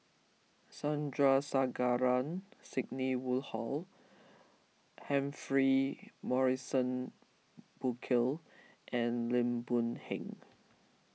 Sandrasegaran Sidney Woodhull Humphrey Morrison Burkill and Lim Boon Heng